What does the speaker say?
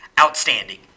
outstanding